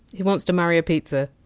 he wants to marry a pizza.